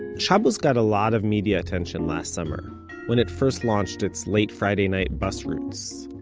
shabus got a lot of media attention last summer when it first launched its late friday night bus routes.